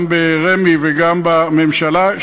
גם ברמ"י וגם בממשלה,